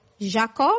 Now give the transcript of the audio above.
Jacob